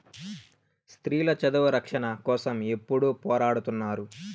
స్త్రీల చదువు రక్షణ కోసం ఎప్పుడూ పోరాడుతున్నారు